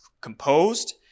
composed